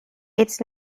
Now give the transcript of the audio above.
its